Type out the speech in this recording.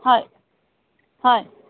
হয় হয়